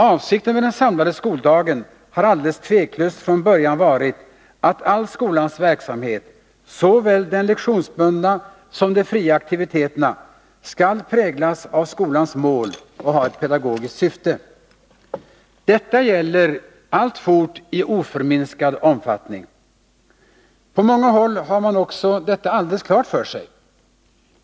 Avsikten med den samlade skoldagen har alldeles tveklöst från början varit att all skolans verksamhet, såväl de lektionsbundna som de fria aktiviteterna, skall präglas av skolans mål och ha ett pedagogiskt syfte. Detta gäller alltfort i oförminskad omfattning. På många håll har man också detta alldeles klart för sig.